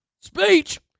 Speech